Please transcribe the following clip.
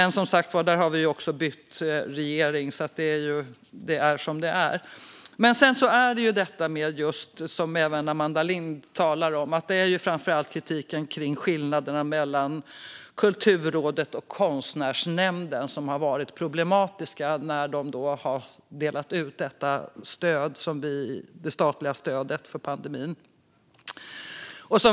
Nu har vi som sagt bytt regering, så det är som det är. Men sedan är det detta som även Amanda Lind talar om - kritiken mot skillnaderna mellan Kulturrådet och Konstnärsnämnden, som har varit problematiska när de har delat ut det statliga stödet för pandemin.